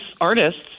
artists